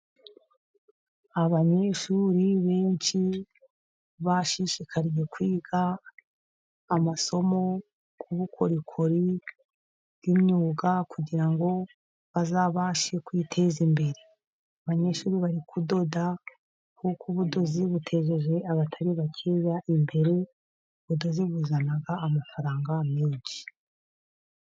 Abanyeshuri benshi bashishikariye kwiga amasomo y'ubukorikori bw'imyuga, kugira ngo bazabashe kwiteza imbere. Abanyeshuri bari kudoda kuko ubudozi butejeje abatari bakeya imbere, ubudozi buzana amafaranga menshi.